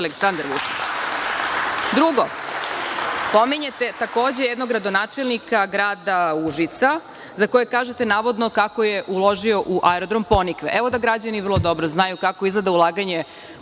Aleksandar Vučić. Drugo, pominjete takođe jednog gradonačelnika grada Užica, za kojeg kažete navodno kako je uložio u Aerodrom „Ponikve“. Evo da građani vrlo dobro znaju kako izgleda ulaganje